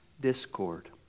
discord